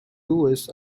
lewis